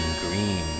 green